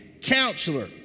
counselor